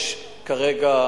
ויש כרגע,